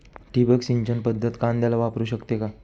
ठिबक सिंचन पद्धत कांद्याला वापरू शकते का?